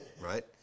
right